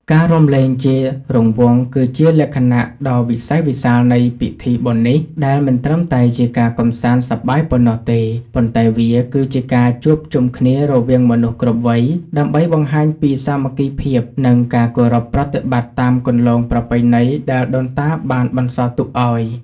ការរាំលេងជារង្វង់គឺជាលក្ខណៈដ៏វិសេសវិសាលនៃពិធីបុណ្យនេះ ដែលមិនត្រឹមតែជាការកម្សាន្តសប្បាយប៉ុណ្ណោះទេ ប៉ុន្តែវាគឺជាការជួបជុំគ្នារវាងមនុស្សគ្រប់វ័យ ដើម្បីបង្ហាញពីសាមគ្គីភាព និងការគោរពប្រតិបត្តិតាមគន្លងប្រពៃណីដែលដូនតាបានបន្សល់ទុកឱ្យ។